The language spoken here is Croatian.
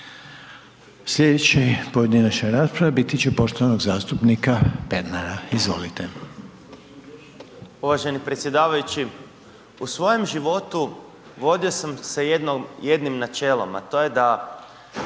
Sljedeća pojedinačna rasprava biti će poštovanog zastupnika Pernara. Izvolite. **Pernar, Ivan (SIP)** Uvaženi predsjedavajući. U svojem životu vodio sam se jednim načelom, a to je da